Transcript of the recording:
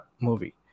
movie